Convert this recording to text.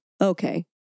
Okay